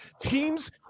Teams